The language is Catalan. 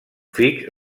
fix